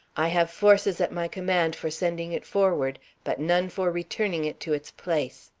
i have forces at my command for sending it forward, but none for returning it to its place.